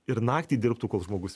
ir naktį dirbtų kol žmogus